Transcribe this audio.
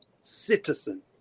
citizen